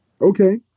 Okay